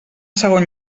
segon